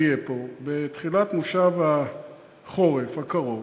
נהיה פה בתחילת מושב החורף הקרוב,